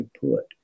put